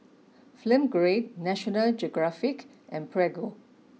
film Grade National Geographic and Prego